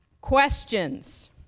questions